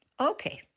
Okay